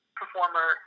performer